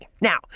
Now